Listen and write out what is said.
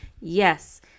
yes